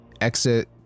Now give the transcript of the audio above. exit